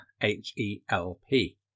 H-E-L-P